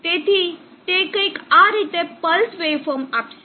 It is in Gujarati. તેથી તે કંઇક આ રીતે પલ્સ વેવફોર્મ આપશે